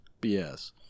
BS